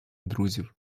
друзів